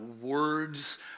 words